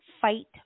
fight